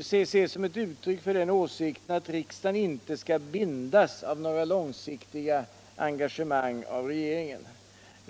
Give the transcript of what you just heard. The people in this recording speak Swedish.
ses som ett uttryck för åsikten att riksdagen inte skall bindas av regeringen för några långsiktiga engagemang.